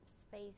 space